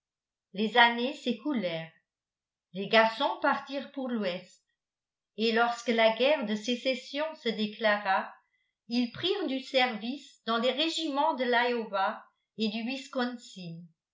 les années s'écoulèrent les garçons partirent pour l'ouest et lorsque la guerre de sécession se déclara ils prirent du service dans les régiments de l'iowa et du wisconsin